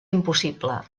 impossible